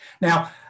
Now